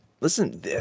listen